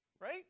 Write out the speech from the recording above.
Right